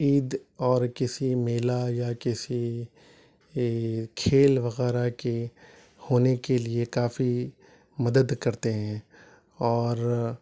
عید اور کسی میلا یا کسی کھیل وغیرہ کے ہونے کے لیے کافی مدد کرتے ہیں اور